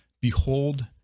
behold